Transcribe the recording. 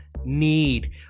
need